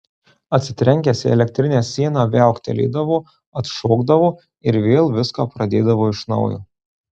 atsitrenkęs į elektrinę sieną viauktelėdavo atšokdavo ir vėl viską pradėdavo iš naujo